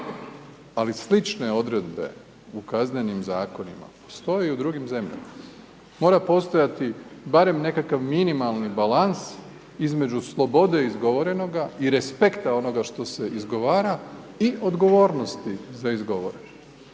ali slične odredbe u kaznenim zakonima, stoje i u drugim zemljama. Mora postojati barem nekakav minimalni balans između slobode izgovorenoga i respekta onoga što se izgovara i odgovornosti za izgovoreno.